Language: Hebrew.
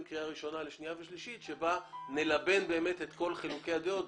קריאה ראשונה לקריאה שנייה ושלישית בו נלבן באמת את כל חילוקי הדעות,